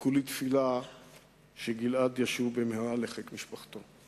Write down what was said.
וכולי תפילה שגלעד ישוב במהרה לחיק משפחתו.